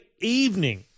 evening